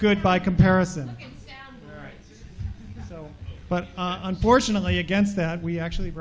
good by comparison but unfortunately against that we actually